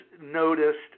noticed